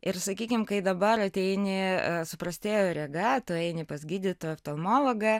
ir sakykim kai dabar ateini suprastėjo rega tu eini pas gydytoją oftalmologą